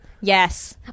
Yes